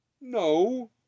no